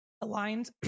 aligned